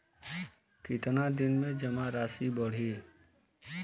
कितना दिन में जमा राशि बढ़ी?